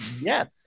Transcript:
Yes